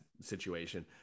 situation